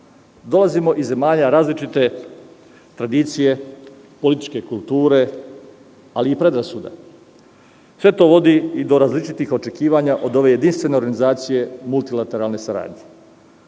homogeno. Dolazimo iz zemalja različite tradicije, političke kulture, ali i predrasuda. Sve to vodi i do različitih očekivanja od ove jedinstvene organizacije multilateralne saradnje.